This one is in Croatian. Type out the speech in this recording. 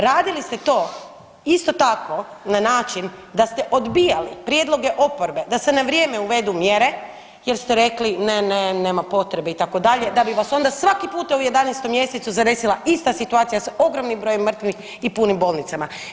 Radili ste to isto tako na način da ste odbijali prijedloge oporbe da se na vrijeme uvedu mjere jer ste rekli ne, ne, nema potrebe itd., da bi vas onda svaki puta u 11. mjesecu zadesila ista situacija sa ogromnim brojem mrtvih i punim bolnicama.